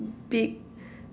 big